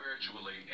spiritually